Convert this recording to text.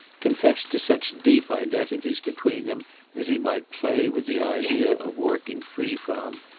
confessed to such deep identities between them as he might play with the idea of working free from,